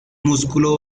músculo